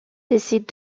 décide